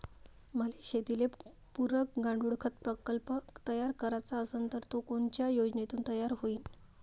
मले शेतीले पुरक गांडूळखत प्रकल्प तयार करायचा असन तर तो कोनच्या योजनेतून तयार होईन?